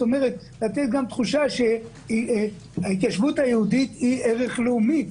רצינו לתת תחושה שההתיישבות היהודית היא ערך לאומי,